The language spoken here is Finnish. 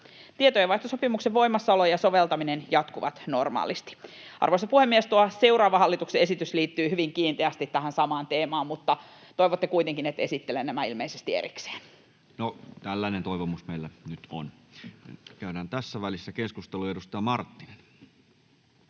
Tietojenvaihtosopimuksen voimassaolo ja soveltaminen jatkuvat normaalisti. Arvoisa puhemies! Tuo seuraava hallituksen esitys liittyy hyvin kiinteästi tähän samaan teemaan, mutta toivotte ilmeisesti kuitenkin, että esittelen nämä erikseen. No, tällainen toivomus meillä nyt on. — Käydään tässä välissä keskustelu. Edustaja Marttinen.